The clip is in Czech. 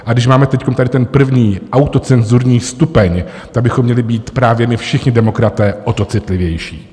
A když máme teď tady ten první autocenzurní stupeň, tak bychom měli být právě my všichni demokraté o to citlivější.